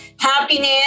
Happiness